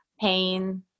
pain